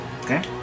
Okay